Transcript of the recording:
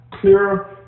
clear